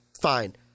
fine